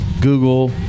Google